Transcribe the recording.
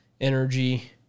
energy